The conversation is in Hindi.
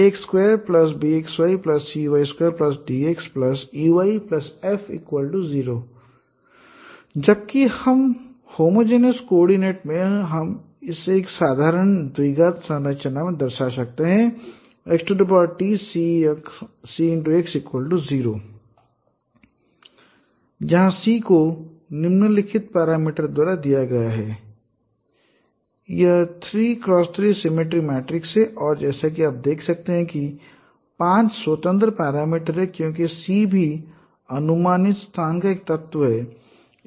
ax2bxycy2dx ey f 0 जबकि एक होमोजेनोस कोआर्डिनेट में हम इसे एक साधारण द्विघात संरचना में दर्शा सकते हैं X T CX 0 जहाँ C को निम्नलिखित पैरामीटरद्वारा दिया गया है Ca b2 d2 b2 c e2 d2 e2 f यह 3 x 3 सिमेट्रिक मैट्रिक्स है और जैसा कि आप देख सकते हैं कि 5 स्वतंत्र पैरामीटर हैं क्योंकि C भी अनुमानित स्थान का एक तत्व है